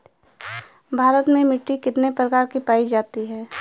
भारत में मिट्टी कितने प्रकार की पाई जाती हैं?